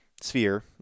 sphere